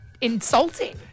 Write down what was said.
insulting